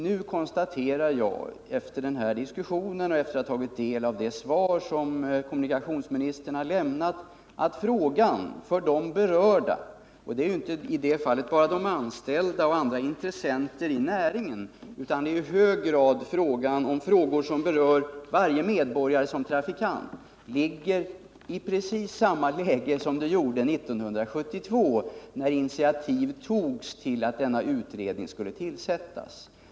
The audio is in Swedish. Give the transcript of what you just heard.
Nu konstaterar jag, efter den här diskussionen och efter att ha tagit del av det svar som kommunikationsministern lämnat, att frågan för de berörda — och det är ju inte bara de anställda och andra intressenter i näringen, utan det gäller här i hög grad frågor som berör varje medborgare såsom trafikant — befinner sig i precis samma läge som 1972, när initiativ togs till att denna utredning skulle tillsättas.